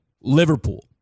Liverpool